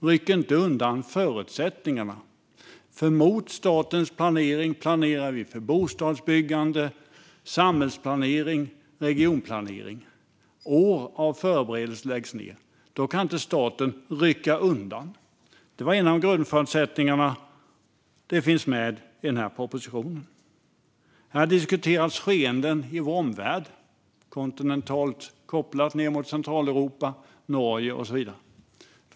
Ryck inte undan förutsättningarna! Mot statens planering planeras för bostadsbyggande och görs samhällsplanering och regionplanering. År av förberedelser läggs ned; då kan inte staten rycka undan förutsättningarna. Detta var en av grundförutsättningarna, och det finns med i denna proposition. Här diskuteras skeenden i vår omvärld, kontinentalt kopplat ned mot Centraleuropa, Norge och så vidare.